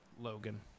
Logan